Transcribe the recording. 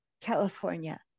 California